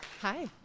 Hi